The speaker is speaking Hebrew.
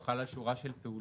הוא חל על שורה של פעולות.